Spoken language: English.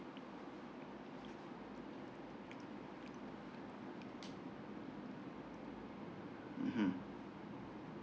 mmhmm